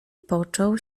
począł